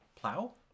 Plow